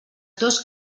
dos